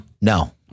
No